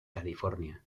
california